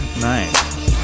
Nice